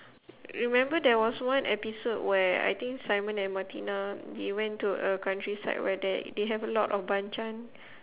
remember there was one episode where I think simon and martina they went to a countryside where there they have a lot of banchan